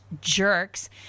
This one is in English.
jerks